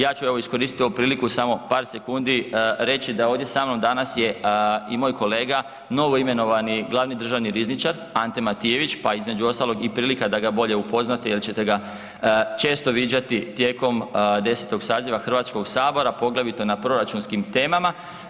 Ja ću iskoristiti ovu priliku samo par sekundi reći da je ovdje danas sa mnom je i moj kolega novoimenovani glavni državni rizničar Ante Matijević pa između ostalog i prilika da ga bolje upoznate jel ćete ga često viđati tijekom 10. saziva Hrvatskog sabora poglavito na proračunskim temama.